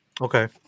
Okay